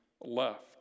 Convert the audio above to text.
left